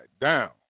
down